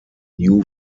new